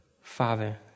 Father